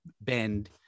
bend